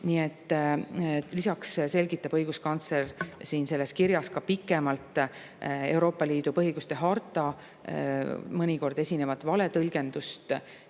aru. Lisaks selgitab õiguskantsler selles kirjas pikemalt Euroopa Liidu põhiõiguste harta mõnikord esinevat valet tõlgendust